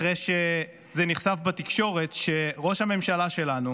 אחרי שזה נחשף בתקשורת, שראש הממשלה שלנו